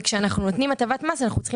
וכשאנחנו נותנים הטבת מס אנחנו צריכים